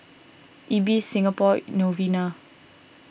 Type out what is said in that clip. Ibis Singapore Novena